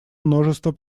множество